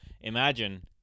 imagine